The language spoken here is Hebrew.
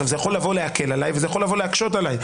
זה יכול להקל עליי או להקשות עליי.